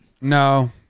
No